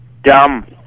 dumb